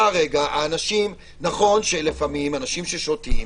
נכון שלפעמים אנשים ששותים,